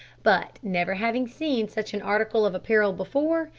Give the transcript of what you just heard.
but, never having seen such an article of apparel before,